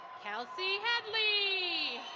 kelsie headley.